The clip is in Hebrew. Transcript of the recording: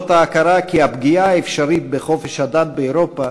הרי הוא ההכרה כי הפגיעה האפשרית בחופש הדת באירופה